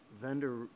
vendor